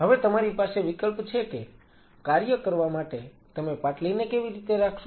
હવે તમારી પાસે વિકલ્પ છે કે કાર્ય કરવા માટે તમે પાટલીને કેવી રીતે રાખશો